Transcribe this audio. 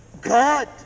God